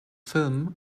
film